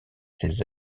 ses